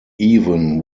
even